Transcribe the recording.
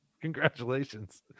Congratulations